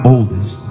oldest